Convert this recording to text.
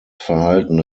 verhalten